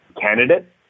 candidate